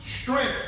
strength